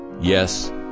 yes